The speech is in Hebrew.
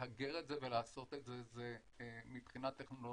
להגר את זה ולעשות את זה, זה, מבחינה טכנולוגית,